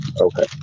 Okay